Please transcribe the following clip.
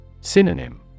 Synonym